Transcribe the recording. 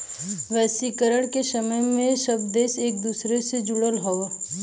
वैश्वीकरण के समय में सब देश एक दूसरे से जुड़ल हौ